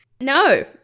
No